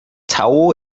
tau